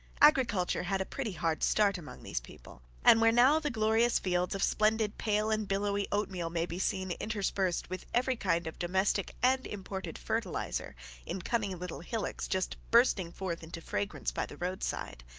agriculture had a pretty hard start among these people, and where now the glorious fields of splendid pale and billowy oatmeal may be seen interspersed with every kind of domestic and imported fertilizer in cunning little hillocks just bursting forth into fragrance by the roadside,